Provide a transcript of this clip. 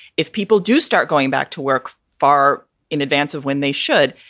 if people do start going back to work far in advance of when they should.